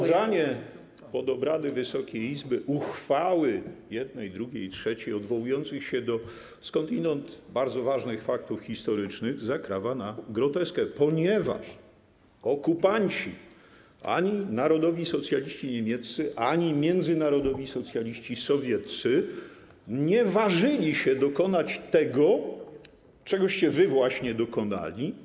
Wprowadzanie pod obrady Wysokiej Izby uchwały jednej, drugiej i trzeciej odwołujących się do skądinąd bardzo ważnych faktów historycznych zakrawa na groteskę, ponieważ okupanci, ani narodowi socjaliści niemieccy, ani międzynarodowi socjaliści sowieccy, nie ważyli się dokonać tego, czegoście wy właśnie dokonali.